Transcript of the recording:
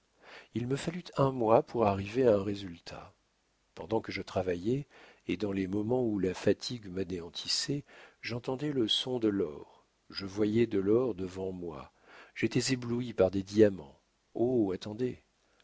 il me fallut un mois pour arriver à un résultat pendant que je travaillais et dans les moments où la fatigue m'anéantissait j'entendais le son de l'or je voyais de l'or devant moi j'étais ébloui par des diamants oh attendez